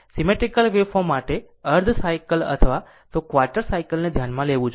symmetrical waveform માટે અર્ધ cycle અથવા તો ક્વાર્ટર સાયકલ ને ધ્યાનમાં લેવું જોઈએ